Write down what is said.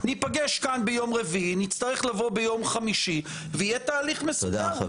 וניפגש כאן ביום רביעי וביום חמישי אם צריך ויהיה הליך מסודר.